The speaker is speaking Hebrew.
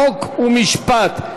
חוק ומשפט.